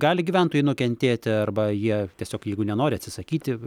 gali gyventojai nukentėti arba jie tiesiog jeigu nenori atsisakyti